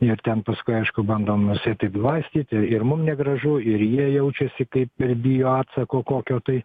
ir ten paskui aišku bandom nusėti glaistyti ir mum negražu ir jie jaučiasi kaip ir bijo atsako kokio tai